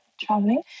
traveling